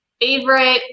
favorite